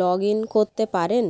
login করতে পারেন